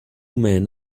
men